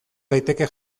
daiteke